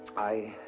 i.